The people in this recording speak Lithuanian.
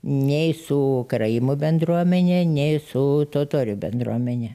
nei su karaimų bendruomene nei su totorių bendruomene